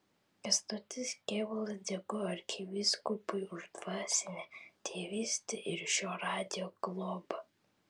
kęstutis kėvalas dėkojo arkivyskupui už dvasinę tėvystę ir šio radijo globą